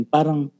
Parang